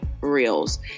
reels